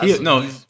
no